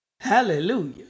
Hallelujah